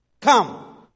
come